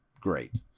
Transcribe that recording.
Great